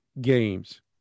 games